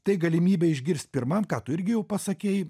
tai galimybė išgirst pirmam ką tu irgi jau pasakei